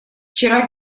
вчера